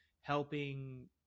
helping